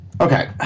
Okay